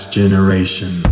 generation